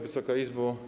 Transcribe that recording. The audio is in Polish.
Wysoka Izbo!